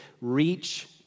reach